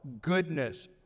goodness